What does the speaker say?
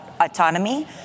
autonomy